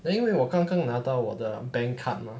then 因为我刚刚拿到我的 bank card mah